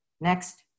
Next